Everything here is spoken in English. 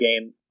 game